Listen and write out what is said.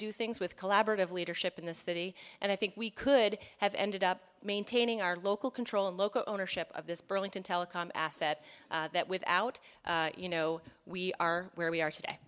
do things with collaborative leadership in the city and i think we could have ended up maintaining our local control and local ownership of this burlington telecom asset that without you know we are where we are today